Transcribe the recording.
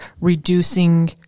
reducing